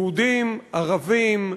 יהודים, ערבים,